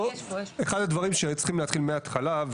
אחד הנושאים שהיו צריכים להתחיל איתם בהתחלה,